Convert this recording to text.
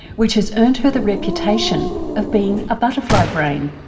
which has earned her the reputation of being a butterfly brain.